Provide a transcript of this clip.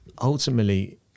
ultimately